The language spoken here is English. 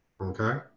okay